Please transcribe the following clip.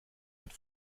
hat